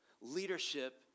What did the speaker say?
leadership